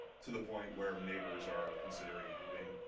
to the point where um neighbors are considering moving.